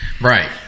Right